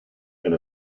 and